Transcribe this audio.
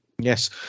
yes